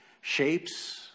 shapes